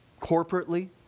Corporately